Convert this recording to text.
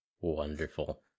Wonderful